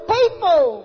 people